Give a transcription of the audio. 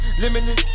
limitless